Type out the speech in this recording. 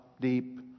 deep